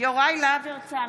יוראי להב הרצנו,